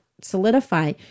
solidify